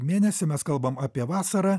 mėnesį mes kalbam apie vasarą